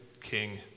king